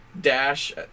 Dash